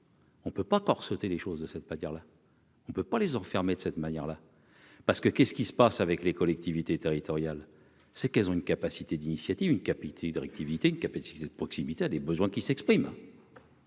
On ne peut pas corseté les choses de ça veut pas dire là. On ne peut pas les enfermer, de cette manière-là, parce que qu'est-ce qui se passe avec les collectivités territoriales, c'est qu'elles ont une capacité d'initiative, une capitale de réactivité une captivité de proximité à des besoins qui s'expriment.